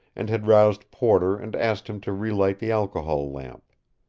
and had roused porter and asked him to relight the alcohol lamp.